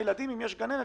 המשרדים.